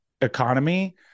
economy